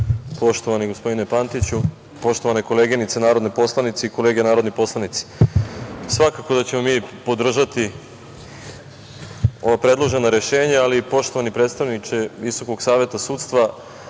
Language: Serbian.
poštovani gospodine Pantiću, poštovane koleginice i kolege narodni poslanici, svakako da ćemo mi podržati ova predložena rešenja, ali poštovani predstavniče Visokog saveta sudstva,